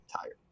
tired